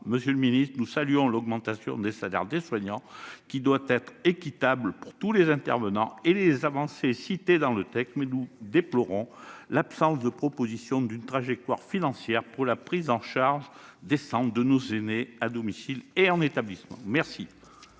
Monsieur le ministre, si nous saluons l'augmentation des salaires des soignants- qui doit être équitable pour tous les intervenants -et les avancées apportées par le texte, nous déplorons l'absence de proposition d'une trajectoire financière pour une prise en charge décente de nos aînés, à domicile comme en établissement. La